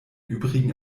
übrigen